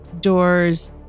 doors